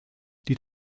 die